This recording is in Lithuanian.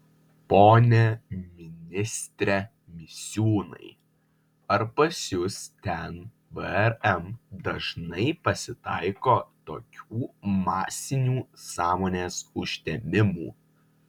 pone ministre misiūnai ar pas jus ten vrm dažnai pasitaiko tokių masinių sąmonės užtemimų